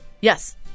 Yes